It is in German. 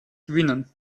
gewinnen